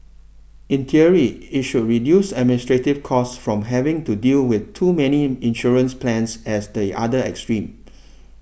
in theory it should reduce administrative costs from having to deal with too many insurance plans as the other extreme